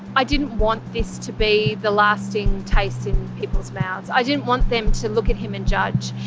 i didn't want this to be the lasting taste in people's mouths. i didn't want them to look at him and judge.